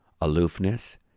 Aloofness